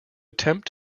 attempt